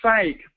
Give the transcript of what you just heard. fake